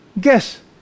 guess